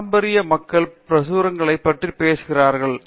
பாரம்பரியமாக மக்கள் பிரசுரங்களைப் பற்றி பேசுகிறார்கள்